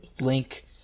link